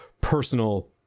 personal